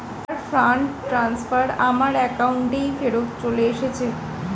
আমার fund transfer আমার অ্যাকাউন্টেই ফেরত চলে এসেছে